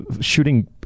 shooting